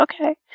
Okay